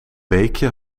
beekje